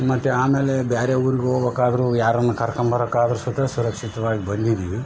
ಮತ್ತು ಆಮೇಲೆ ಬೇರೆ ಊರ್ಗೆ ಹೋಗ್ಬೇಕಾದರು ಯಾರನ್ನ ಕರ್ಕಂಡ್ ಬರಾಕ್ಕೆ ಆದರೂ ಸುತ ಸುರಕ್ಷಿತವಾಗಿ ಬಂದಿದ್ದೀವಿ